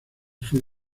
fue